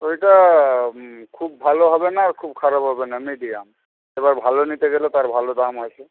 ওইটা খুব ভালো হবে না খুব খারাপ হবে না মিডিয়াম এবার ভালো নিতে গেলে তার ভালো দাম আছে